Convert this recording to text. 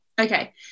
Okay